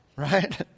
Right